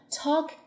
talk